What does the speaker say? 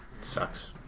sucks